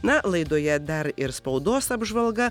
na laidoje dar ir spaudos apžvalga